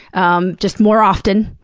um just more often,